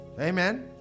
Amen